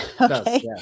okay